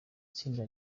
tsinda